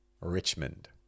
Richmond